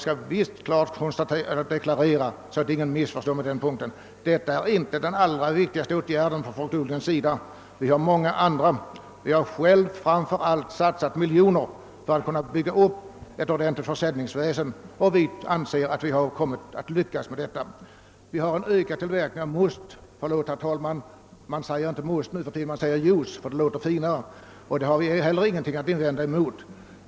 Jag vill klart deklarera, för att ingen skall kunna missförstå mig på denna punkt, att detta inte är den allra viktigaste åtgärden för att stödja fruktodlingen. Det finns många andra. Vi har framför allt satsat miljoner för att bygga upp ett ordentligt försäljningsväsen, och vi anser att vi har lyckats med detta. Vi har en ökad tillverkning av must — förlåt, herr talman, man säger inte must nuförtiden utan man säger juice, för att det låter finare, och det har vi heller ingenting att invända mot.